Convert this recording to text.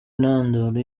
intandaro